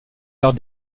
lors